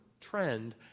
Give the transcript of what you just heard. trend